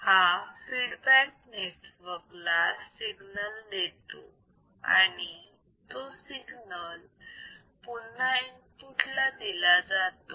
हा feedback network ला signal देतो आणि तो सिग्नल पुन्हा इनपुट ला दिला जातो